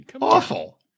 Awful